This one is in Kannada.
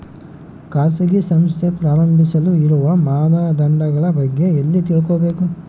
ಖಾಸಗಿ ಸಂಸ್ಥೆ ಪ್ರಾರಂಭಿಸಲು ಇರುವ ಮಾನದಂಡಗಳ ಬಗ್ಗೆ ಎಲ್ಲಿ ತಿಳ್ಕೊಬೇಕು?